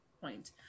point